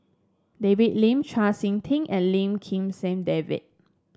David Lim Chau SiK Ting and Lim Kim San David